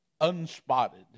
unspotted